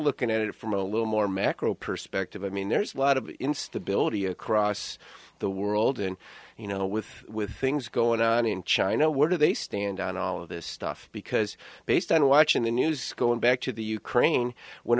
looking at it from a little more macro perspective i mean there's a lot of instability across the world and you know with with things going on in china where do they stand on all of this stuff because based on watching the news going back to the ukraine when